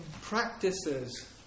practices